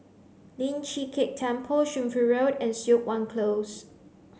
Lian Chee Kek Temple Shunfu Road and Siok Wan Close